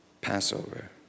Passover